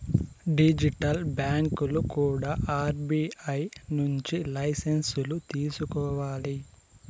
digital బ్యాంకులు కూడా RBI నుంచి లైసెన్సులు తీసుకోవాలి